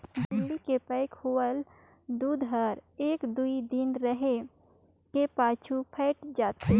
झिल्ली के पैक होवल दूद हर एक दुइ दिन रहें के पाछू फ़ायट जाथे